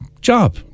Job